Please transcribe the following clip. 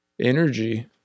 energy